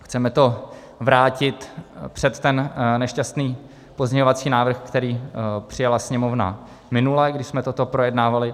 Chceme to vrátit před ten nešťastný pozměňovací návrh, který přijala Sněmovna minule, když jsme toto projednávali.